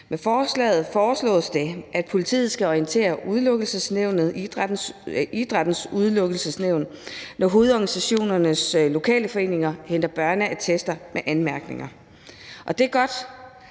Med forslaget foreslås det, at politiet skal orientere idrættens Udelukkelsesnævn, når hovedorganisationernes lokalforeninger indhenter børneattester med anmærkninger. Det er godt,